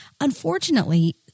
Unfortunately